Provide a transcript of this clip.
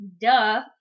Duh